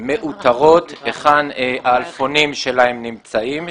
מאותרות היכן האלפונים שלהם נמצאים,